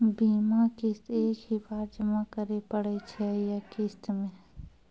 बीमा किस्त एक ही बार जमा करें पड़ै छै या किस्त मे?